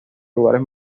lugares